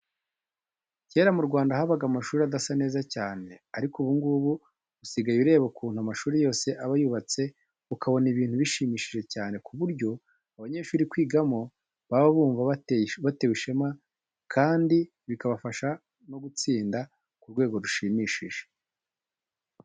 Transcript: Kera mu Rwanda habaga amashuri adasa neza cyane, ariko ubu ngubu usigaye ureba ukuntu amashuri yose aba yubatse ukabona ni ibintu bishimishije cyane ku buryo abanyeshuri kwigamo baba bumva bibateye ishema, kandi bikabafasha no gutsinda ku rwego rushimishije.